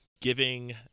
giving